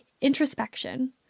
introspection